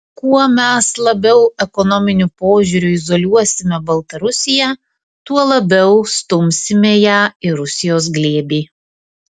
kuo mes labiau ekonominiu požiūriu izoliuosime baltarusiją tuo labiau stumsime ją į rusijos glėbį